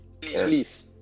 Please